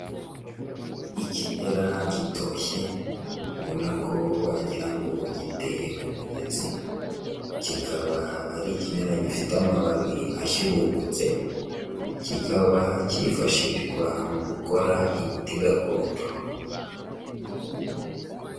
Ikimera gitoshye ubona ko wagira ngo giteye ku mugezi, kikaba ari ikimera gifite amababi ashyurumbutse, kikaba cyifashishwa mu gukora imiti gakondo.